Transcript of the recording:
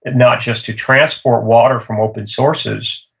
and not just to transport water from open sources,